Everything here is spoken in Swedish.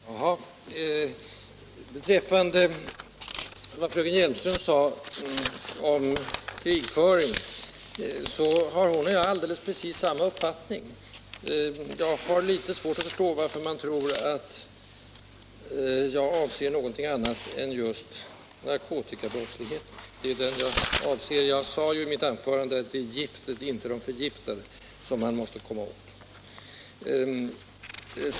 Herr talman! Vad beträffar det som fröken Hjelmström sade om krigföring så har hon och jag alldeles exakt samma uppfattning. Jag har svårt att förstå hur någon kan tro att jag avser någonting annat än just narkotikabrottsligheten. Jag sade i mitt anförande att det är giftet, inte de förgiftade, som man måste komma åt.